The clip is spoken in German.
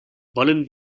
wollen